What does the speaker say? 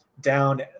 down